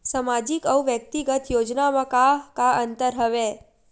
सामाजिक अउ व्यक्तिगत योजना म का का अंतर हवय?